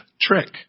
trick